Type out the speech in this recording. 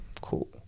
Cool